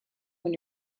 when